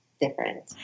different